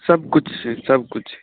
सभकिछु छै सभकिछु